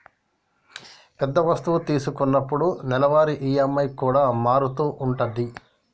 పెద్ద వస్తువు తీసుకున్నప్పుడు నెలవారీ ఈ.ఎం.ఐ కూడా మారుతూ ఉంటది